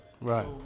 Right